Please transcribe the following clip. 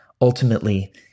Ultimately